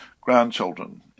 grandchildren